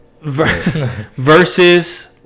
Versus